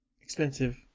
Expensive